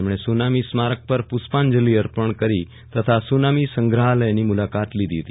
તેમણે સુનામી સ્મારક પર પુષ્પાંજલી અર્પણ કરી તથા સુનામી સંગ્રહાલયની મુલાકાત લીધી હતી